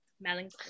Melancholy